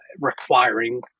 requiring